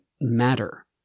matter